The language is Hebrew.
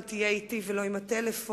אם תהיה אתי ולא עם הפלאפון.